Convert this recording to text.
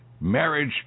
marriage